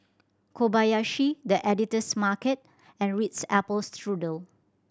Kobayashi The Editor's Market and Ritz Apple Strudel